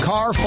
Car